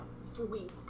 Sweet